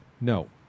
No